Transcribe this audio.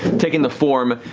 taking the form,